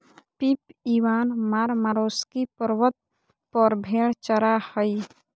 Pip Ivan Marmaroskyi पर्वत पर भेड़ चरा हइ